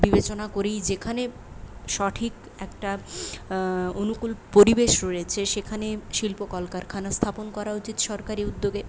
বিবেচনা করেই যেখানে সঠিক একটা অনুকূল পরিবেশ রয়েছে সেখানে শিল্প কল কারখানা স্থাপন করা উচিত সরকারি উদ্যোগে